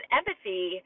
empathy